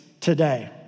today